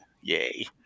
Yay